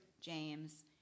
James